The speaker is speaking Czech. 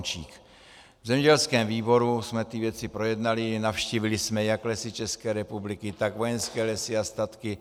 V zemědělském výboru jsme ty věci projednali, navštívili jsme jak Lesy České republiky, tak Vojenské lesy a statky.